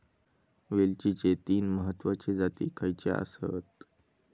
वेलचीचे तीन महत्वाचे जाती खयचे आसत?